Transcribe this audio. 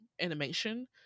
animation